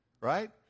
right